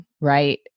right